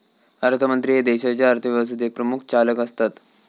अर्थमंत्री हे देशाच्या अर्थव्यवस्थेचे प्रमुख चालक असतत